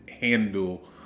handle